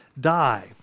die